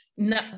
No